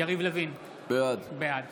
יריב לוין, בעד